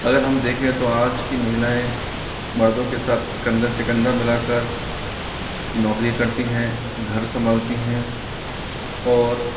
अगर हम देखें तो तो आज कि महिलायें मर्दों के साथ कंधा से कंधा मिलाकर नौकरी करती हैं घर संभालती हैं और